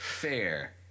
Fair